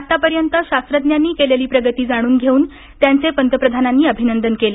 आत्तापर्यंत शास्त्रज्ञांनी केलेली प्रगती जाणून घेऊन त्यांचे पंतप्रधानांनी अभिनंदन केले